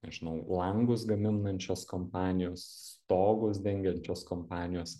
nežinau langus gaminančios kompanijos stogus dengiančios kompanijos